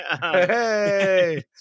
Hey